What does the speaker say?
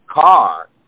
car